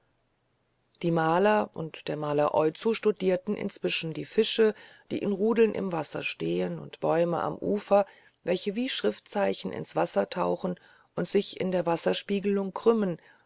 die maler und der maler oizo studierten inzwischen die fische die in rudeln im klaren wasser stehen und bäume am ufer welche wie schriftzeichen ins wasser tauchen und sich in der wasserspiegelung krümmen